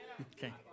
Okay